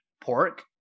pork